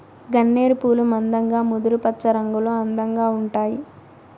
గన్నేరు పూలు మందంగా ముదురు పచ్చరంగులో అందంగా ఉంటాయి